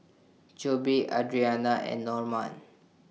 Jobe Adriana and Normand